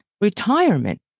retirement